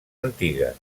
antigues